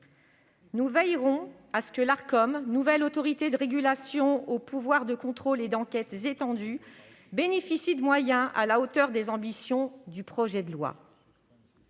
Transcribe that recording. Nous veillerons à ce que l'Arcom, nouvelle autorité de régulation aux pouvoirs de contrôle et d'enquête étendus, bénéficie de moyens à la hauteur des ambitions du projet de loi.